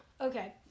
Okay